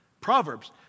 Proverbs